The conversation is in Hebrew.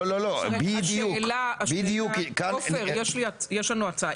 עופר, יש לנו הצעה.